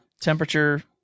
temperature